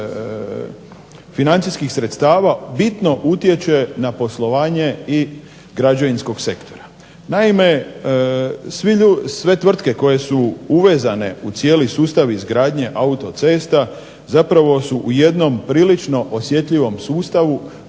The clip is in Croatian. financijskih sredstava bitno utječe na poslovanje i građevinskog sektora. Naime, sve tvrtke koje su uvezane u cijeli sustav izgradnje autocesta zapravo su u jednom prilično osjetljivom sustavu